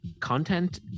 content